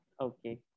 Okay